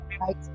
right